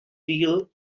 deal